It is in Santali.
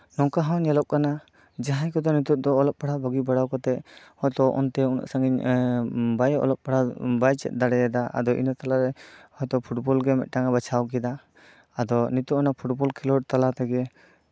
ᱱᱚᱝᱠᱟ ᱦᱚᱸ ᱧᱮᱞᱚᱜ ᱠᱟᱱᱟ ᱡᱟᱦᱟᱸᱭ ᱠᱚᱫᱚ ᱱᱤᱛᱚᱜ ᱫᱚ ᱚᱞᱚᱜ ᱯᱟᱲᱦᱟᱜ ᱵᱟᱜᱤ ᱵᱟᱲᱟ ᱠᱟᱛᱮᱜ ᱟᱫᱚ ᱚᱱᱛᱮ ᱩᱱᱟᱹᱜ ᱥᱟᱹᱜᱤᱧ ᱵᱟᱭ ᱚᱞᱚᱜ ᱯᱟᱲᱦᱟᱣ ᱵᱟᱭ ᱪᱮᱫ ᱫᱟᱲᱮᱭᱟᱫᱟ ᱟᱫᱚ ᱤᱱᱟᱹ ᱛᱟᱞᱟᱨᱮ ᱟᱫᱚ ᱯᱷᱩᱴᱵᱚᱞ ᱜᱮ ᱢᱤᱫᱴᱟᱝ ᱮ ᱵᱟᱪᱷᱟᱣ ᱠᱮᱫᱟ ᱟᱫᱚ ᱱᱤᱛᱚᱜ ᱚᱱᱟ ᱯᱷᱩᱴᱵᱚᱞ ᱠᱷᱮᱞᱳᱰ ᱛᱟᱞᱟ ᱛᱮᱜᱮ